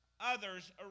others